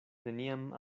neniam